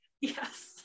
Yes